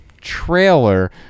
trailer